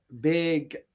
big